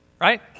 right